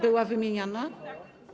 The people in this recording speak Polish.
Była wymieniana?